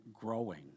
growing